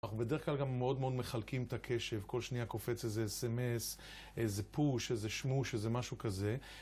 אנחנו בדרך כלל גם מאוד מאוד מחלקים את הקשב, כל שנייה קופץ איזה אס-אם-אס, איזה פוש, איזה שמוש, איזה משהו כזה.